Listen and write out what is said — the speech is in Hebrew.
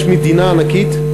יש מדינה ענקית,